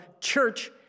church